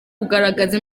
kugaragaza